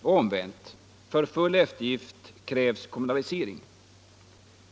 Och omvänt: för full eftergift krävs kommunalisering.